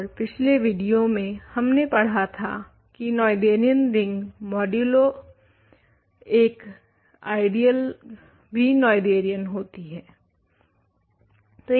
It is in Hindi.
और पिछले विडियो में हमने पढ़ा था की नोएथेरियन रिंग मोड्युलो एक आइडियल भी नोएथेरियन होता है